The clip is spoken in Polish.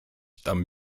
tam